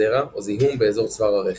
זרע או זיהום באזור צוואר הרחם.